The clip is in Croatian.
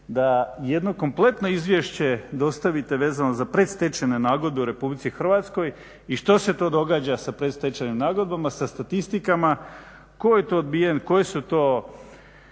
da jedno kompletno izvješće dostavite vezano za predstečajne nagodbe u RH i što se to događa sa predstečajnim nagodbama, sa statistikama? Tko je to odbijen,